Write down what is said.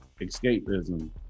escapism